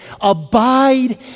abide